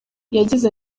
yagize